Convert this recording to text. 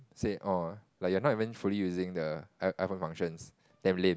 say orh like you're not even fully using the I iPhone functions damn lame